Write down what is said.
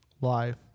live